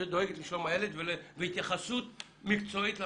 שדואגת לשלום הילד ומתייחסת מקצועית למוגבלות.